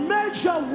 Major